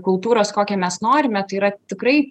kultūros kokią mes norime tai yra tikrai